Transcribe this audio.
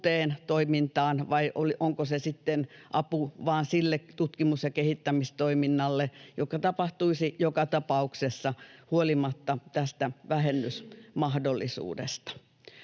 uuteen toimintaan vai onko se sitten apu vain sille tutkimus- ja kehittämistoiminnalle, joka tapahtuisi joka tapauksessa huolimatta tästä vähennysmahdollisuudesta.